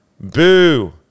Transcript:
Boo